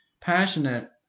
passionate